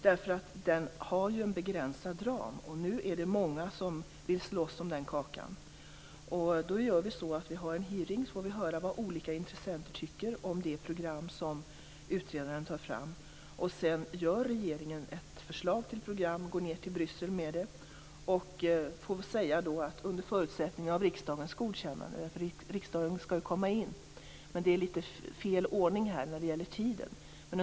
Det handlar ju om en begränsad ram, och många vill slåss om den här kakan. Därför har vi en hearing för att höra vad olika intressenter tycker om det program som utredaren tar fram. Sedan gör regeringen ett förslag till program och tar med det till Bryssel. Detta skall ske under förutsättning att riksdagen godkänner det. Riksdagen skall ju komma in i det här, men det är lite fel ordning när det gäller tiden.